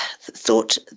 thought